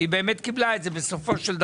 היא באמת קיבלה את זה, בסופו של דבר,